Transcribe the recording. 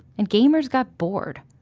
and gamers got bored.